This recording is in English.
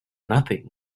nothing